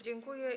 Dziękuję.